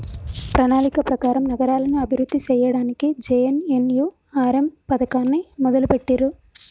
ప్రణాళిక ప్రకారం నగరాలను అభివృద్ధి సేయ్యడానికి జే.ఎన్.ఎన్.యు.ఆర్.ఎమ్ పథకాన్ని మొదలుబెట్టిర్రు